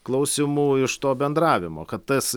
klausimų iš to bendravimo kad tas